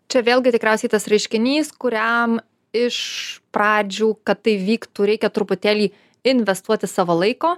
čia vėlgi tikriausiai tas reiškinys kuriam iš pradžių kad tai vyktų reikia truputėlį investuoti savo laiko